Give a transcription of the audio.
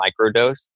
microdose